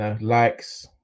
likes